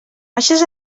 baixes